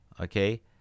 okay